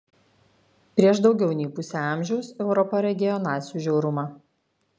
prieš daugiau nei pusę amžiaus europa regėjo nacių žiaurumą